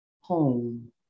home